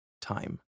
time